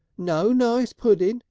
no nice puddin'!